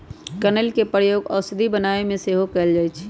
कनइल के प्रयोग औषधि बनाबे में सेहो कएल जाइ छइ